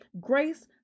Grace